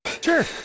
Sure